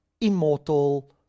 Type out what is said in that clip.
immortal